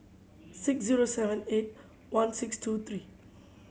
six zero seven eight one six two three